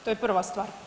To je prva stvar.